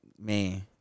man